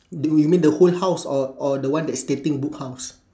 do you mean the whole house or or the one that's stating book house